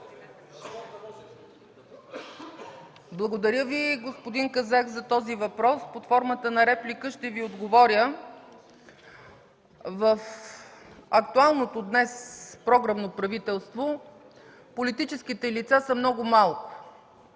Благодаря Ви, господин Казак за този въпрос. Под формата на реплика ще Ви отговоря. В актуалното днес програмно правителство политическите лица са много малко.